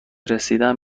رسیدن